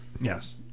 Yes